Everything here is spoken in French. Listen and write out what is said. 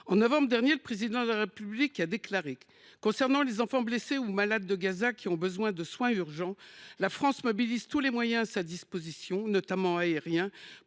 En novembre dernier, le Président de la République a déclaré :« Concernant les enfants blessés ou malades de Gaza qui ont besoin de soins urgents, la France mobilise tous les moyens à sa disposition, notamment aériens,